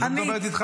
היא מדברת איתי.